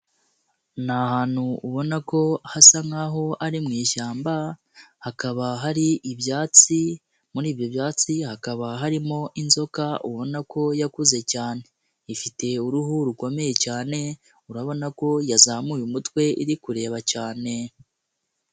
Ni hantu ubona ko hasa nkaho ari mu ishyamba, hakaba hari ibyatsi, muri ibyo byatsi hakaba harimo inzoka ubona ko yakuze cyane. Ifite uruhu rukomeye cyane, urabona ko yazamuye umutwe iri kureba cyane.